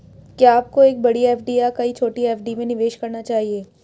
क्या आपको एक बड़ी एफ.डी या कई छोटी एफ.डी में निवेश करना चाहिए?